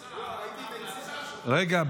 רגע,